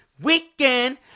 weekend